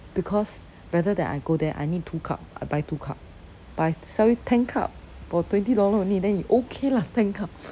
because rather than I go there I need two cup I buy two cup but I sell you ten cup for twenty dollar only then you okay lah ten cup